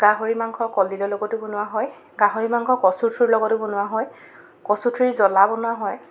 গাহৰি মাংস কলডিলৰ লগতো বনোৱা হয় গাহৰি মাংস কচুৰ ঠুৰি লগতো বনোৱা হয় কচু ঠুৰি জ্বলা বনোৱা হয়